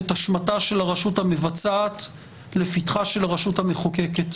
את אשמתה של הרשות המבצעת לפתחה של הרשות המחוקקת.